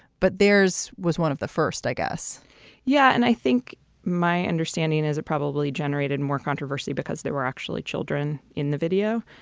but there's was one of the first, i guess yeah. and i think my understanding is it probably generated more controversy because there were actually children in the video.